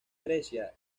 grecia